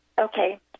Okay